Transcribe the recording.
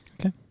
Okay